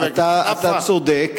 חבר הכנסת נפאע,